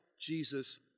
Jesus